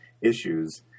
issues